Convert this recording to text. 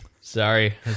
Sorry